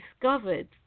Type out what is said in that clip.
discovered